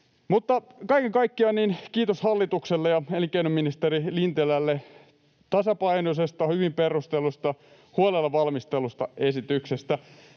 kaiken kaikkiaan kiitos hallitukselle ja elinkeinoministeri Lintilälle tasapainoisesta, hyvin perustellusta, huolella valmistellusta esityksestä.